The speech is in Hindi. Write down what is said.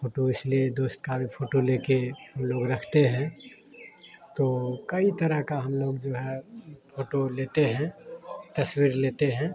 फोटो इसलिए दोस्त का भी फोटो लेके हम लोग रखते हैं तो कई तरह का हम लोग जो है फोटो लेते हैं तस्वीर लेते हैं